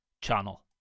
channel